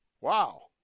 Wow